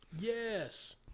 Yes